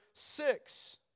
Six